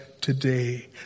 today